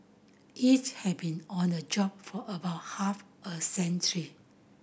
each has been on the job for about half a century